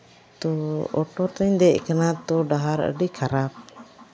ᱛᱚ ᱚᱴᱳ ᱨᱮᱧ ᱫᱮᱡ ᱠᱟᱱᱟ ᱛᱚ ᱰᱟᱦᱟᱨ ᱟᱹᱰᱤ ᱠᱷᱟᱨᱟᱯ